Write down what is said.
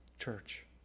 church